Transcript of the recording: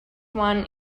one